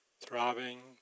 throbbing